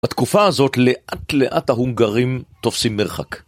בתקופה הזאת לאט לאט ההונגרים תופסים מרחק.